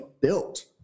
built